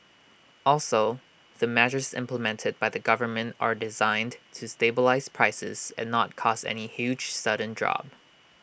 also the measures implemented by the government are designed to stabilise prices and not cause any huge sudden drop